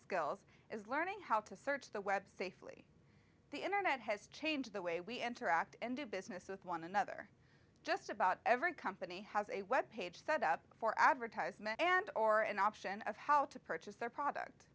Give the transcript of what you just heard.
skills is learning how to search the web safely the internet has changed the way we interact and do business with one another just about every company has a web page set up for advertisement and or an option of how to purchase their product